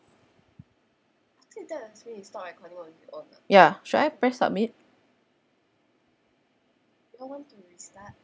ya should I press submit